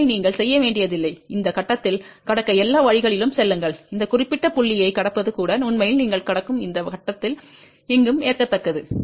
எனவே நீங்கள் செய்ய வேண்டியதில்லை இந்த கட்டத்தில் கடக்க எல்லா வழிகளிலும் செல்லுங்கள் இந்த குறிப்பிட்ட புள்ளியைக் கடப்பது கூட உண்மையில் நீங்கள் கடக்கும் இந்த வட்டத்தில் எங்கும் ஏற்கத்தக்கது